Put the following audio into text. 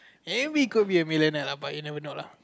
and we could be a millionaire but you never know lah